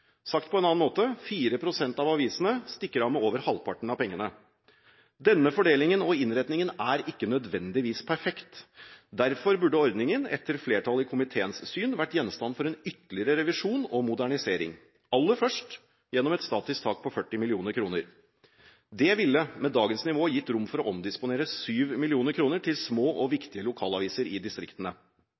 Sagt på en annen måte: 4 pst. av avisene stikker av med over halvparten av pengene. Denne fordelingen og innretningen er ikke nødvendigvis perfekt. Derfor burde ordningen etter flertallet i komiteens syn vært gjenstand for en ytterligere revisjon og modernisering – aller først gjennom et statisk tak på 40 mill. kr. Dette ville med dagens nivå gitt rom for å omdisponere 7 mill. kr til små og viktige lokalaviser i distriktene.